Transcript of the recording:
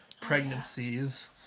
pregnancies